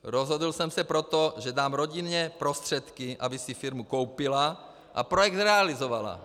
Rozhodl jsem se proto, že dám rodině prostředky, aby si firmu koupila a projekt zrealizovala.